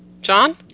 John